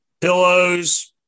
pillows